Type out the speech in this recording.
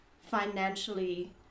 financially